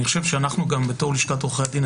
אנחנו גם בתור לשכת עורכי הדין,